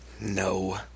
No